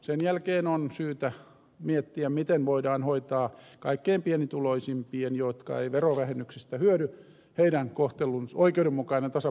sen jälkeen on syytä miettiä miten voidaan hoitaa kaikkein pienituloisimpien jotka eivät verovähennyksestä hyödy oikeudenmukainen ja tasapuolinen kohtelun